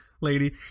lady